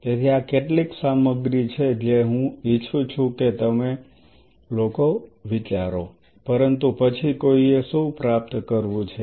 તેથી આ કેટલીક સામગ્રી છે જે હું ઇચ્છું છું કે તમે લોકો વિચારો પરંતુ પછી કોઈએ શું પ્રાપ્ત કરવું છે